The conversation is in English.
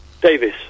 Davis